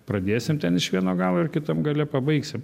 pradėsim ten iš vieno galo ir kitam gale pabaigsim